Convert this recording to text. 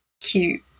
cute